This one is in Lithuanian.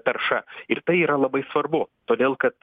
tarša ir tai yra labai svarbu todėl kad